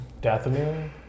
Dathomir